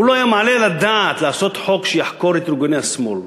הוא לא היה מעלה על הדעת לעשות חוק שיחקור את ארגוני השמאל.